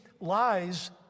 lies